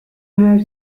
her